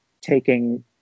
taking